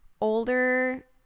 older